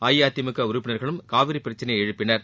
அஇஅதிமுக உறுப்பினர்களும் காவிரி பிரச்சனையை எழுப்பினர்